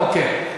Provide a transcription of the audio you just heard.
אוקיי,